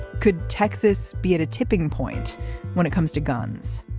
could texas be at a tipping point when it comes to guns.